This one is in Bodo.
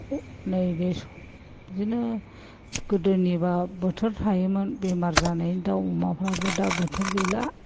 नै बे बिदिनो गोदोनिब्ला बोथोर थायोमोन बेमार जानाय दाउ अमाफ्राबो दा बोथोर गैला